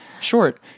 short